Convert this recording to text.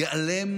ייעלם